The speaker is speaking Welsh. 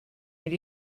fynd